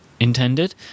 Intended